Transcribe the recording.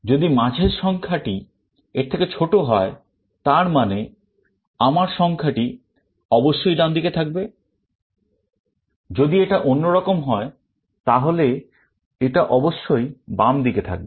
যদি মাঝের সংখ্যাটি এর থেকে ছোট হয় তার মানে আমার সংখ্যাটি অবশ্যই ডান দিকে থাকবে যদি এটা অন্যরকম হয় তাহলে এটা অবশ্যই বাম দিকে থাকবে